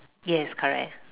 yes correct